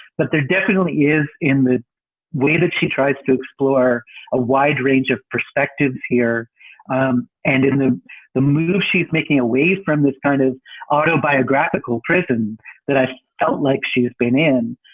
but there definitely is in the way that she tries to explore a wide range of perspectives here um and in the the middle. she's making away from this kind of autobiographical presence that i felt like she's been in.